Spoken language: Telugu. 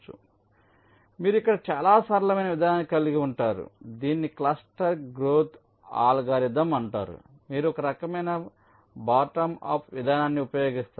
కాబట్టి మీరు ఇక్కడ చాలా సరళమైన విధానాన్ని కలిగి ఉంటారు దీనిని క్లస్టర్ గ్రోత్ అల్గోరిథం అంటారు మీరు ఒక రకమైన బాటమ్ అప్ విధానాన్ని ఉపయోగిస్తారు